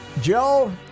Joe